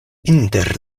inter